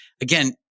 again